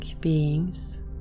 beings